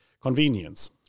convenience